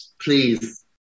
Please